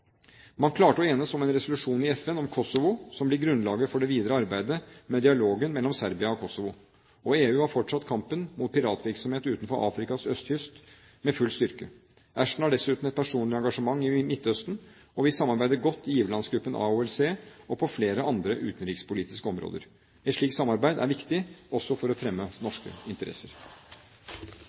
Man klarte å enes om en resolusjon i FN om Kosovo som blir grunnlaget for det videre arbeidet med dialogen mellom Serbia og Kosovo. Og EU har fortsatt kampen mot piratvirksomhet utenfor Afrikas østkyst med full styrke. Ashton har dessuten et personlig engasjement i Midtøsten, og vi samarbeider godt i giverlandsgruppen AHLC og på flere andre utenrikspolitiske områder. Et slikt samarbeid er viktig også for å fremme norske interesser.